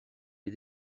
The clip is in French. les